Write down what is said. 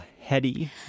heady